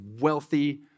wealthy